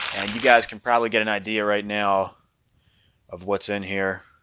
and you guys can probably get an idea right now of what's in here